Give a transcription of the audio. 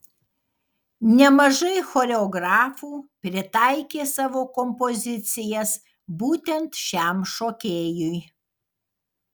nemažai choreografų pritaikė savo kompozicijas būtent šiam šokėjui